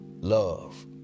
love